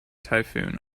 typhoon